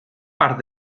part